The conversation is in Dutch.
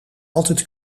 altijd